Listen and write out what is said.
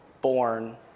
born